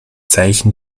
zeichen